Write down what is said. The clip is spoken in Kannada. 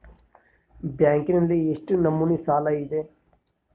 ಬ್ಯಾಂಕಿನಲ್ಲಿ ಎಷ್ಟು ನಮೂನೆ ಸಾಲ ಇದೆ?